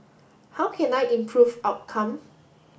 how can I improve outcome